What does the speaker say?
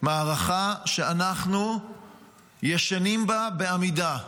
שאנחנו ישנים בה בעמידה.